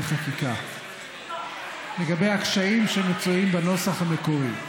חקיקה לגבי הקשיים שמצויים בנוסח המקורי: